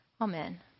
Amen